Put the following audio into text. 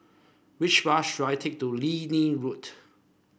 which bus should I take to Liane Road